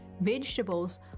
vegetables